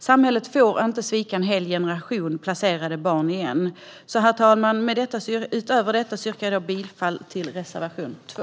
Samhället får inte svika en hel generation placerade barn igen. Herr talman! Jag yrkar bifall till reservation 2.